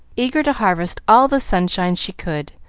eager to harvest all the sunshine she could,